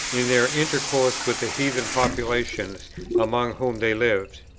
in their intercourse with the heathen populations among whom they lived.